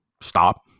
stop